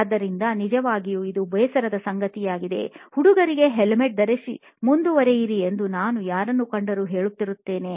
ಆದ್ದರಿಂದ ನಿಜವಾಗಿಯೂ ಇದು ಬೇಸರ ಸಂಗತಿಯಾಗಿದೆ ಹುಡುಗರಿಗೆ ಹೆಲ್ಮೆಟ್ ಧರಿಸಿ ಮುಂದುವರಿಯಿರಿ ಎಂದು ನಾನು ಯಾರನ್ನು ಕಂಡರೂ ಹೇಳುತ್ತಿರುತ್ತೇನೆ